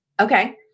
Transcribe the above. okay